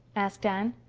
asked anne.